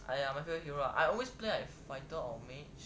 !aiya! my favourite hero ah I always like fighter or mage